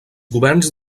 governs